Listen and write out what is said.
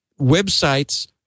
websites